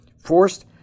forced